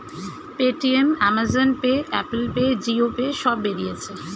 Paytm, Amazon pay, Apple pay, Jio pay সব বেরিয়েছে